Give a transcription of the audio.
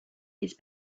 his